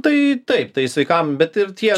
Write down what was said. tai taip tai sveikam bet ir tie